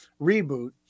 reboot